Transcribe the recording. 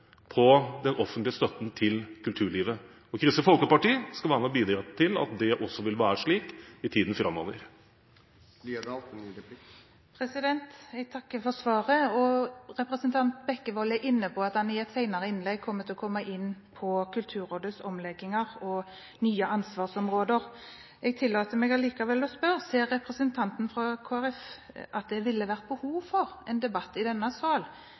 på den offentlige støtten til kulturlivet. Kristelig Folkeparti skal være med på å bidra til at det også vil være slik i tiden framover. Jeg takker for svaret. Representanten Bekkevold er inne på at han i et senere innlegg vil komme inn på Kulturrådets omlegging og nye ansvarsområder. Jeg tillater meg likevel å spørre: Ser representanten fra Kristelig Folkeparti at det ville vært behov for en debatt i denne sal